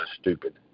stupid